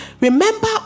Remember